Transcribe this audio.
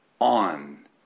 on